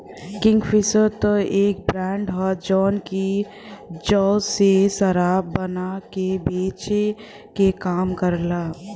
Kingfisher त एक brand हौ जौन की जौ से शराब बना के बेचे क काम करला